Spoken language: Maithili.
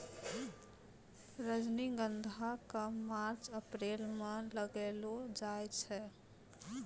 रजनीगंधा क मार्च अप्रैल म लगैलो जाय छै